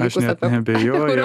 aš net abejoju